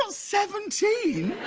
so seventeen,